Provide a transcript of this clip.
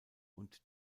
und